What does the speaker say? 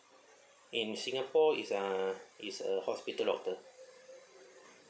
in singapore it's uh it's a hospital doctor